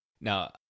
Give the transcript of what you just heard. Now